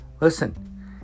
listen